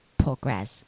progress